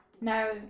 No